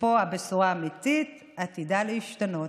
ופה הבשורה האמיתית, עתידה להשתנות.